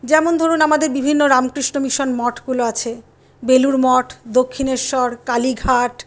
যেমন ধরুন আমাদের বিভিন্ন রামকৃষ্ণ মিশন মঠগুলো আছে বেলুড় মঠ দক্ষিণেশ্বর কালিঘাট